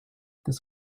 this